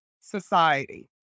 society